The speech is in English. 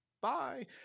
bye